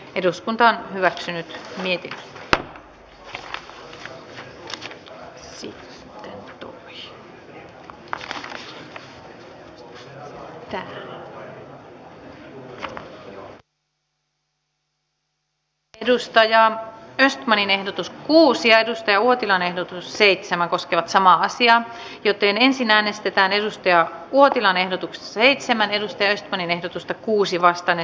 eduskunta edellyttää että hallitus ryhtyy toimenpiteisiin lasten subjektiivisen päivähoito oikeuden ja ryhmäkokojen säilyttämiseksi nykyisellä tasolla ja osoittaa näihin muutoksiin riittävät resurssit lisätalousarviossa